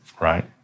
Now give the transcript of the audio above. Right